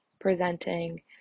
presenting